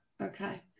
okay